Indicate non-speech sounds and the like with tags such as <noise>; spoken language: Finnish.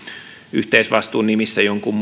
yhteisvastuun nimissä jonkun <unintelligible>